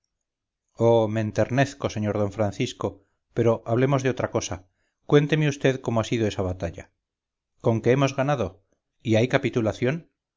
me enternezco señor d francisco pero hablemos de otra cosa cuénteme vd cómo ha sido esa batalla conque hemos ganado y hay capitulación